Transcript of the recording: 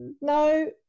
no